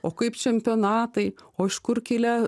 o kaip čempionatai o iš kur kilę